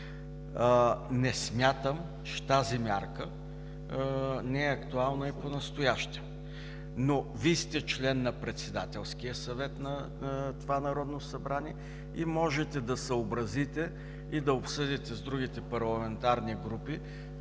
Не смятам, че тази мярка не е актуална и понастоящем. Вие сте член на Председателския съвет на Народното събрание и можете да съобразите и да обсъдите с другите парламентарни групи